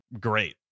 great